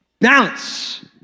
Balance